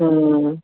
ਹੂੰ